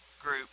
group